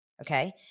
Okay